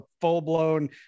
full-blown